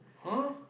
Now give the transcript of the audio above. !huh!